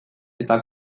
eta